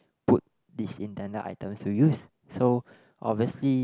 put these intended items to use so obviously